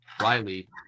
Riley